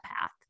path